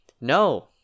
no